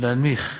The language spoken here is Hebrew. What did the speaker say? להנמיך,